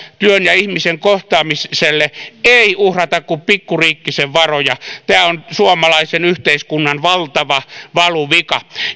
työn ja ihmisen kohtaamiselle ei uhrata kuin pikkuriikkisen varoja tämä on suomalaisen yhteiskunnan valtava valuvika